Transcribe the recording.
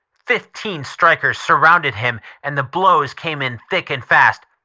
fifteen strikers surrounded him and the blows came in thick and fast.